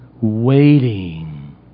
waiting